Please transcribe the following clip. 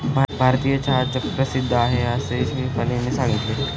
भारतीय चहा जगप्रसिद्ध आहे असे शेफालीने सांगितले